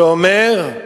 שאומר: